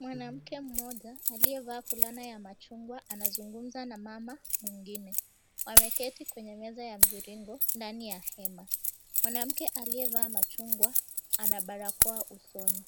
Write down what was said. Mwanamke mmoja aliyevaa fulana ya machungwa anazungumza na mama mwingine. Wameketi kwenye meza ya mvirigo ndani ya hema. Mwanamke aliyevaa machungwa ana barakoa usoni.